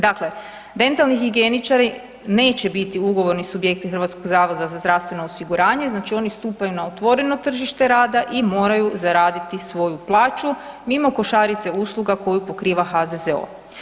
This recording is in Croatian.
Dakle, dentalnih higijeničari neće biti ugovorni subjekti HZZO-a znači oni stupaju na otvoreno tržište rada i moraju zaraditi svoju plaću mimo košarice usluga koju pokriva HZZO.